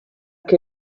che